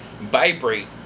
vibrate